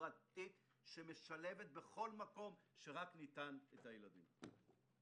חברתית שמשלבת את הילדים